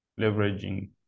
leveraging